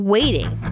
waiting